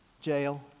jail